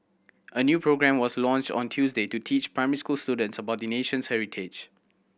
a new programme was launched on Tuesday to teach primary school students about the nation's heritage